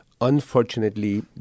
Unfortunately